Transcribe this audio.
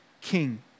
king